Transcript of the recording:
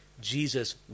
Jesus